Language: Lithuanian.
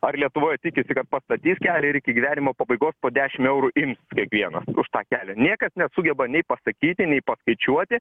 ar lietuvoj tikisi kad pastatys kelią ir iki gyvenimo pabaigos po dešimt eurų ims kiekvienas už tą kelią niekas nesugeba nei pasakyti nei paskaičiuoti